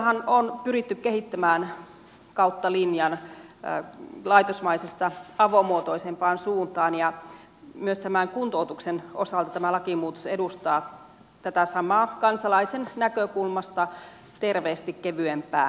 palvelujahan on pyritty kehittämään kautta linjan laitosmaisista avomuotoisempaan suuntaan ja kuntoutuksen osalta tämä lakimuutos edustaa tätä samaa kehitystä kansalaisen näkökulmasta terveesti kevyempään suuntaan